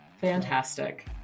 Fantastic